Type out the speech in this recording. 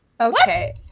Okay